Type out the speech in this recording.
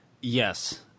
yes